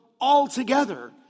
altogether